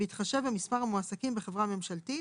בהתחשב במספר המועסקים בחברה הממשלתית,